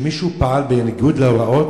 שמישהו פעל בניגוד להוראות,